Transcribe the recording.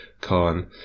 Khan